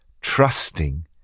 trusting